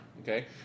Okay